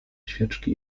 świeczki